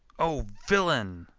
o villain,